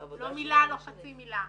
לא מילה ולא חצי מילה.